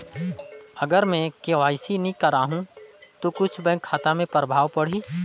अगर मे के.वाई.सी नी कराहू तो कुछ बैंक खाता मे प्रभाव पढ़ी?